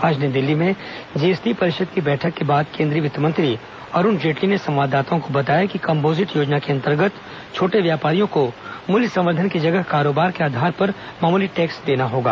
आज नई दिल्ली में जीएसटी परिषद की बैठक के बाद केंद्रीय वित्त मंत्री अरूण जेटली ने संवाददाताओं को बताया कि कम्पोजिट योजना के अन्तर्गत छोटे व्यापारियों को मूल्य संवर्धन की जगह कारोबार के आधार पर मामूली टैक्स देना होगा